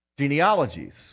genealogies